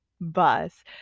bus